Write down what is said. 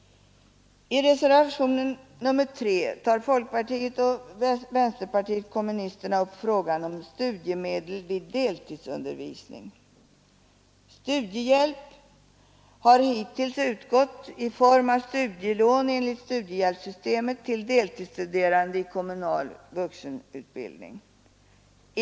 I reservationen 3 tar folkpartiet och vänsterpartiet kommunisterna upp frågan om studiemedel vid deltidsundervisning. Studiehjälp har hittills utgått i form av studielån enligt studiehjälpssystemet till deltidsstuderande i kommunal vuxenutbildning.